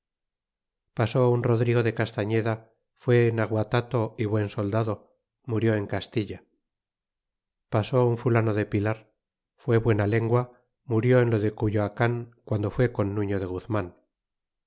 pasó un rodrigo de castañeda fuó naguatato y buen soldado murió en castilla pasó un fulano de pilar fué buena lengua murió en lo de cuyoacan guando fué con nurio de guzman